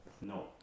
No